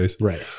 Right